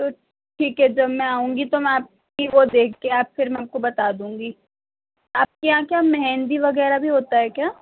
تو ٹھیک ہے جب میں آؤں گی تو میں آپ کی وہ دیکھ کے آپ پھر میں آپ کو بتا دوں گی آپ کے یہاں کیا مہندی وغیرہ بھی ہوتا ہے کیا